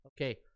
okay